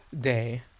day